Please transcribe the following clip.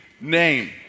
name